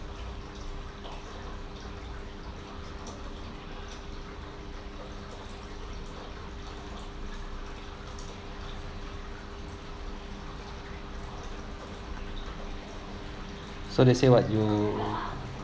so they say what you